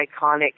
iconic